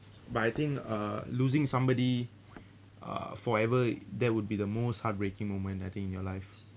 but I think uh losing somebody uh forever that would be the most heartbreaking moment I think in your life